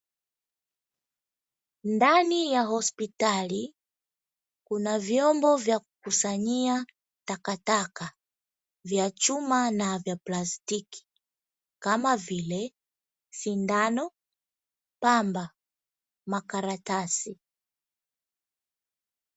Ndani ya hospitali, kuna vyombo vya kukusanyia takataka vya chuma na vya plastiki kama vile sindano, pamba, makaratasi.